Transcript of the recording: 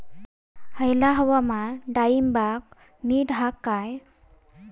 हयला हवामान डाळींबाक नीट हा काय?